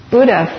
Buddha